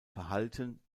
verhalten